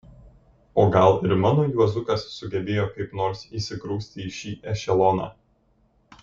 o gal ir mano juozukas sugebėjo kaip nors įsigrūsti į šį ešeloną